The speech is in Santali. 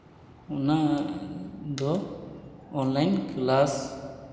ᱚᱱᱟ ᱫᱚ ᱚᱱᱞᱟᱭᱤᱱ ᱠᱞᱟᱥ